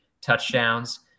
touchdowns